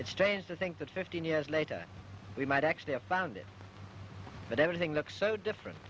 it's strange to think that fifteen years later we might actually have found it but everything looks so different